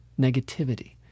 negativity